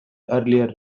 earlier